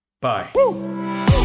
Bye